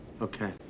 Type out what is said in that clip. Okay